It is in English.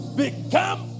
become